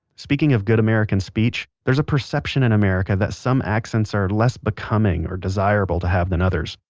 speaking of good american speech, there's a perception in america that some accents are less becoming or desirable to have than others.